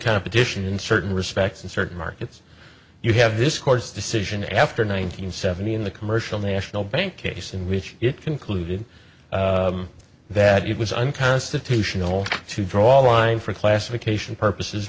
competition in certain respects in certain markets you have this court's decision after nine hundred seventy in the commercial national bank case in which it concluded that it was unconstitutional to draw lines for classification purposes